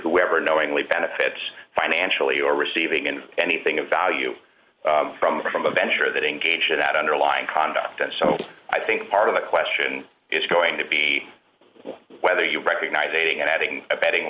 whoever knowingly benefits financially or receiving and anything of value from from a venture that engages that underlying conduct and so i think part of the question is going to be whether you recognize dating and having a betting